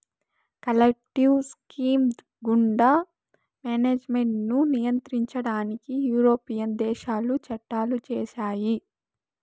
collective scheme గుండా management ను నియంత్రించడానికి యూరోపియన్ దేశాలు చట్టాలు చేశాయి